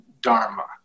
dharma